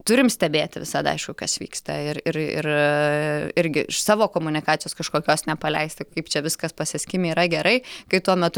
turim stebėti visada aišku kas vyksta ir ir ir irgi iš savo komunikacijos kažkokios nepaleisti kaip čia viskas pas eskimi yra gerai kai tuo metu